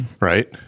Right